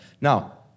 Now